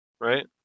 Right